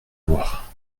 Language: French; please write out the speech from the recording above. voir